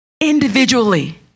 individually